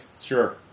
sure